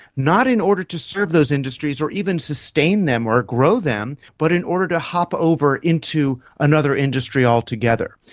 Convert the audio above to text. not in order to serve those industries or even sustain them or grow them, but in order to hop over into another industry altogether.